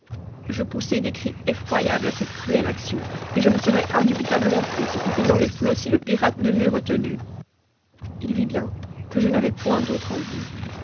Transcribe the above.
je poussai des cris effroyables à cette cruelle action et je me serais indubitablement précipitée dans les flots si le pirate ne m'eùt retenue h vit bien que je n'avais point d'autre envie